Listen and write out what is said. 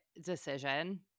decision